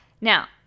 Now